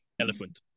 elephant